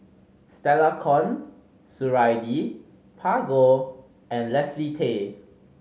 Stella Kon Suradi Parjo and Leslie Tay